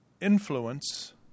influence